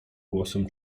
głosem